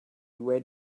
wait